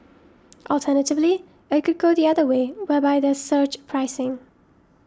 alternatively it could go the other way whereby there's surge pricing